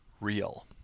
real